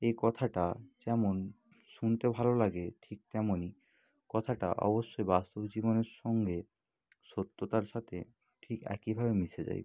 এই কথাটা যেমন শুনতে ভালো লাগে ঠিক তেমনই কথাটা অবশ্যই বাস্তব জীবনের সঙ্গে সত্যতার সাথে ঠিক একইভাবে মিশে যায়